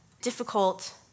difficult